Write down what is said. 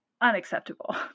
unacceptable